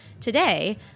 Today